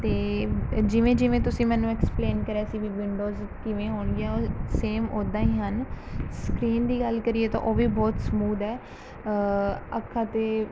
ਅਤੇ ਜਿਵੇਂ ਜਿਵੇਂ ਤੁਸੀਂ ਮੈਨੂੰ ਐਕਸਪਲੇਨ ਕਰਿਆ ਸੀ ਵੀ ਵਿੰਡੋਜ਼ ਕਿਵੇਂ ਹੋਣਗੀਆਂ ਉਹ ਸੇਮ ਉੱਦਾਂ ਹੀ ਹਨ ਸਕਰੀਨ ਦੀ ਗੱਲ ਕਰੀਏ ਤਾਂ ਉਹ ਵੀ ਬਹੁਤ ਸਮੂਦ ਹੈ ਅੱਖਾਂ 'ਤੇ